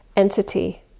entity